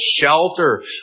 shelter